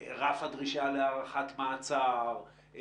רף הדרישה להארכת מעצר,